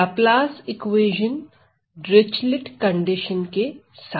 Laplace equation Dirichlet condition के साथ